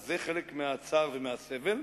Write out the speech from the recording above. זה חלק מהצער ומהסבל,